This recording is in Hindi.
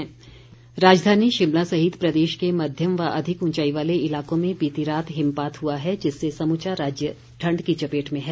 मौसम राजधानी शिमला सहित प्रदेश के मध्यम व अधिक ऊंचाई वाले इलाकों में बीती रात हिमपात हुआ है जिससे समूचा राज्य ठण्ड की चपेट में है